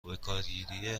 بکارگیری